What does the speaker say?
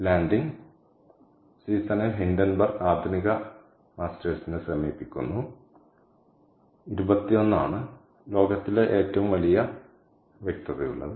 landing സീസണിൽ Hindenburg ആധുനിക മാസ്റ്റേഴ്സിനെ സമീപിക്കുന്നു ഇരുപത്തിയൊന്ന് ആണ് ലോകത്തിലെ ഏറ്റവും വലിയ വ്യക്തതയുള്ളത്